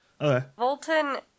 Volton